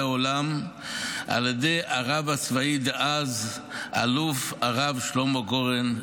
העולם על ידי הרב הצבאי דאז האלוף הרב שלמה גורן,